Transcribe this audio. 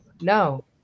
no